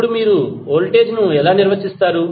ఇప్పుడు మీరు వోల్టేజ్ ను ఎలా నిర్వచిస్తారు